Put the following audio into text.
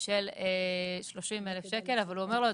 של 30,000 שקל אבל הוא אומר לו,